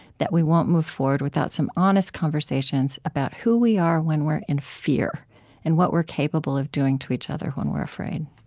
that we won't move forward without some honest conversations about who we are when we're in fear and what we're capable of doing to each other when we're afraid.